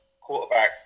quarterback